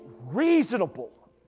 reasonable